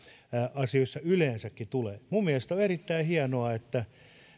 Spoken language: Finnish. asioissa yleensäkin tulee minun mielestäni on erittäin hienoa että